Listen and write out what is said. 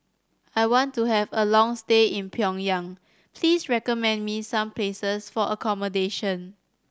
I want to have a long stay in Pyongyang please recommend me some places for accommodation